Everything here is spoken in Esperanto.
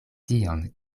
tion